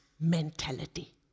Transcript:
mentality